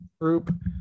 group